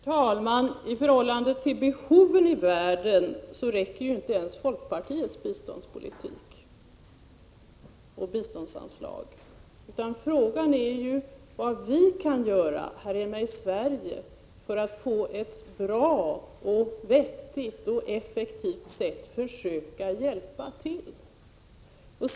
Herr talman! I förhållande till behoven i världen räcker inte ens folkpartiets biståndsanslag, utan frågan är vad vi kan göra här hemma i Sverige för att på ett bra, vettigt och effektivt sätt försöka hjälpa till.